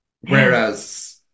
Whereas